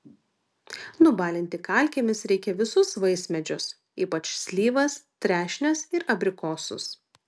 nubalinti kalkėmis reikia visus vaismedžius ypač slyvas trešnes ir abrikosus